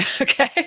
okay